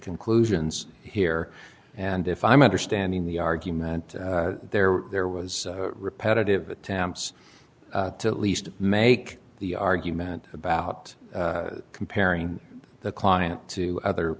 conclusions here and if i'm understanding the argument there there was repetitive attempts to at least make the argument about comparing the client to other